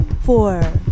four